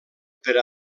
per